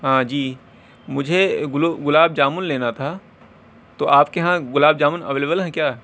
ہاں جی مجھے گلو گلاب جامن لینا تھا تو آپ کے یہاں گلاب جامن اویلیبل ہے کیا